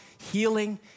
healing